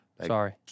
Sorry